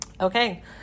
okay